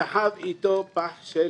הוא סחב איתו פח של